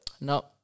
No